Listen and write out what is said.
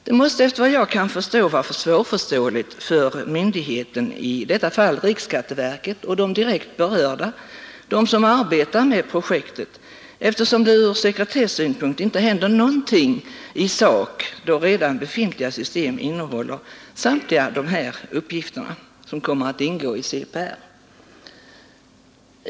Det måste efter vad jag kan förstå vara svårförklarligt för myndigheten, i detta fall riksskatteverket, och de direkt berörda, de som arbetar med projektet, eftersom det ur sekretessynpunkt inte händer något i sak, då redan befintliga system innehåller samtliga de uppgifter som skall ingå i CPR.